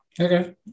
Okay